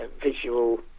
visual